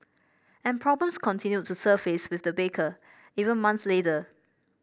and problems continued to surface with the baker even months later